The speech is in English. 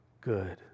good